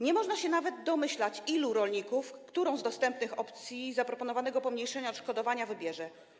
Nie można nawet się domyślać, ilu rolników i którą z dostępnych opcji zaproponowanego pomniejszenia odszkodowania wybierze.